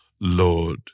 Lord